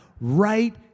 right